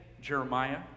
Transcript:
Jeremiah